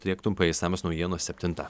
tiek trumpai išsamios naujienos septintą